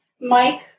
Mike